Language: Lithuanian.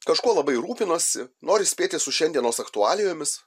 kažkuo labai rūpinosi nori spėti su šiandienos aktualijomis